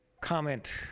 comment